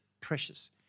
precious